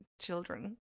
children